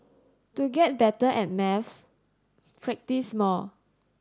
to get better at maths practise more